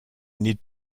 need